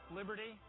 liberty